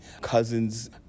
Cousins